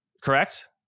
correct